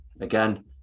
Again